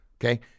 okay